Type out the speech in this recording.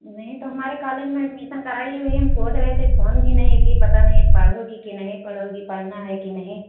नहीं तो हमारे कॉलेज में एडमिसन कराइए वही हम सोच रहे थे फोन भी नहीं की पता नहीं अब पढ़ोगी कि नहीं पढ़ोगी पढ़ना है कि नहीं